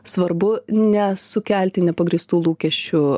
svarbu nesukelti nepagrįstų lūkesčių